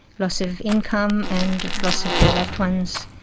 loss of income, and loss of their loved ones.